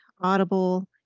Audible